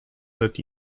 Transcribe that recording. that